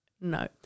No